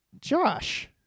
Josh